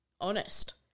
honest